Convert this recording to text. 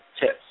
tips